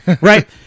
right